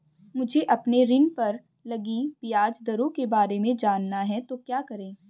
मुझे अपने ऋण पर लगी ब्याज दरों के बारे में जानना है तो क्या करें?